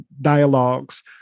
dialogues